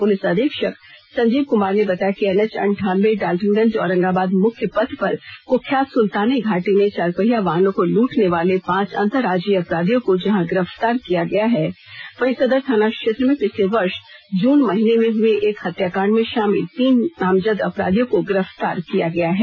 police अधीक्षक संजीव कुमार ने बताया कि एनएच अंठानबे डालटनगंज औरंगाबाद मुख्य पथ पर कुख्यात सुल्तानी घाटी में चार पहिया वाहनों को लुटने वाले पांच अंतरराज्यीय अपराधियों को जहां गिरफ्तार किया गया है वहीं सदर थाना क्षेत्र में पिछले वर्ष जून महीने में हुए एक हत्याकांड में शामिल तीन नामजद अपराधियों को गिरफ्तार किया गया है